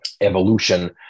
evolution